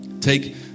Take